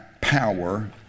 power